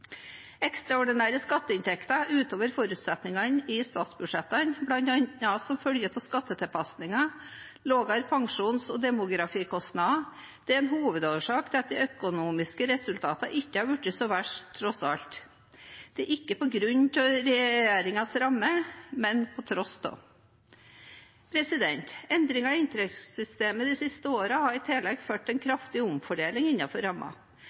Ekstraordinære skatteinntekter utover forutsetningene i statsbudsjettene, bl.a. som følge av skattetilpasninger og lavere pensjons- og demografikostnader, er en hovedårsak til at de økonomiske resultatene ikke har vært så verst tross alt. Det er ikke på grunn av regjeringens ramme, men på tross av. Endringene i inntektssystemet de siste årene har i tillegg ført til en kraftig omfordeling